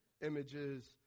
images